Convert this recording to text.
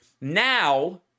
Now